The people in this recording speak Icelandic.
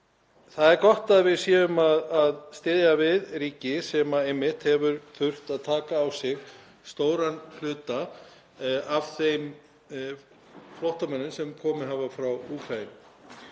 það er gott að við séum að styðja við ríki sem hefur þurft að taka á sig stóran hluta af þeim flóttamönnum sem komið hafa frá